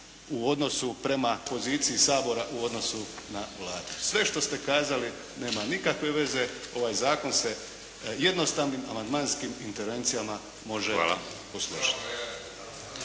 u odnosu prema poziciji Sabora u odnosu na Vladu. Sve što ste kazali nema nikakve veze, ovaj zakon se jednostavnim amandmanskim intervencijama može posložiti.